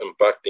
impacting